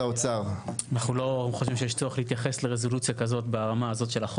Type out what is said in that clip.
אנחנו לא חושבים שצריך להתייחס לרזולוציה כזאת ברמה הזאת של החוק.